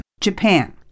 Japan